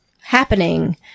happening